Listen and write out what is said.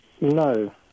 no